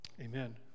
Amen